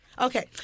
Okay